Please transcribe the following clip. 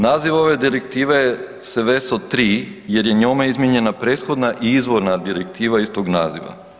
Naziv ove Direktive, sve su tri, jer je njome izmijenjena prethodna i izvorna Direktiva iz tog naziva.